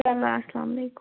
چلو اسلام وعلیکُم